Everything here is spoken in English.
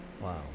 wow